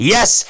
Yes